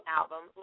album